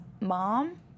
mom